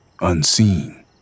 unseen